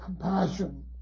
compassion